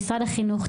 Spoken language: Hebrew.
משרד החינוך,